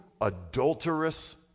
adulterous